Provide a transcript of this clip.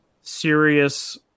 serious